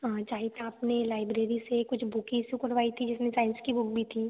हाँ चाहिता आपने लाइब्रेरी से कुछ बुक करवाई थी जिसमें साइंस की बुक भी थी